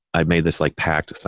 i made this like pact,